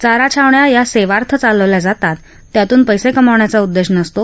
चारा छावण्या या सेवार्थ चालवल्या जातात त्यातून पैसे कमवण्याचा उद्देश नसतो